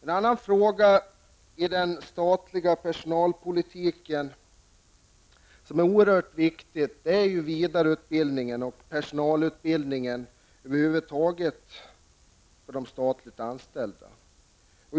En annan fråga i den statliga personalpolitiken som är oerhörd viktig är vidareutbildningen och personalutbildningen över huvud taget för de statligt anställda.